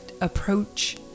approach